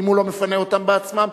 אם הוא לא מפנה אותן בעצמו,